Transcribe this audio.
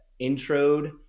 introed